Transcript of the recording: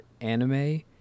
anime